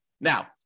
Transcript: Now